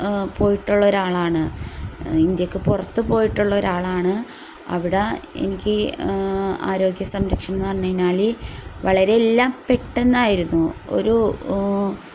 പോയിട്ടുളള ഒരാളാണ് ഇന്ത്യക്ക് പുറത്ത് പോയിട്ടുള്ള ഒരാളാണ് അവിടെ എനിക്ക് ആരോഗ്യ സംരക്ഷണമെന്ന് പറഞ്ഞുകഴിഞ്ഞാൽ വളരെ എല്ലാം പെട്ടന്നായിരുന്നു ഒരു